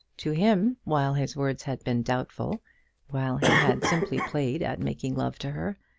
to him, while his words had been doubtful while he had simply played at making love to her,